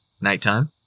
nighttime